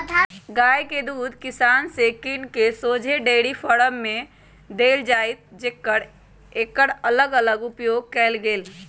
गाइ के दूध किसान से किन कऽ शोझे डेयरी फारम में देल जाइ जतए एकर अलग अलग उपयोग कएल गेल